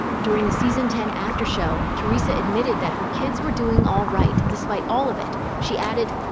during the season ten after show, teresa admitted that her kids were doing alright, despite all of it. she added,